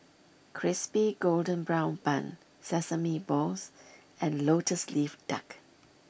Crispy Golden Brown Bun Sesame Balls and Lotus Leaf Duck